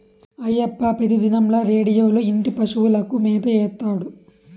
అయ్యప్ప పెతిదినంల రేడియోలో ఇంటూ పశువులకు మేత ఏత్తాడు